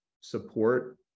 support